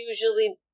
usually